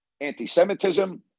anti-Semitism